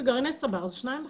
בגרעיני צבר זה שניים בחדר.